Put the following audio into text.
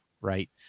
right